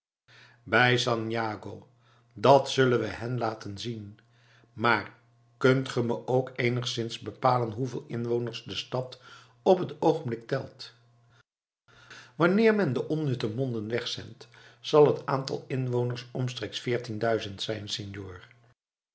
bij san jago dat zullen we hen laten zien maar kunt ge me ook eenigszins bepalen hoeveel inwoners de stad op het oogenblik telt wanneer men de onnutte monden wegzendt zal het aantal inwoners omstreeks veertienduizend zijn senor